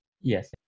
Yes